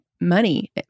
money